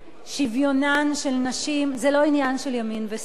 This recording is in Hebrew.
שוויונן של נשים, זה לא עניין של ימין ושמאל.